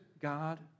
God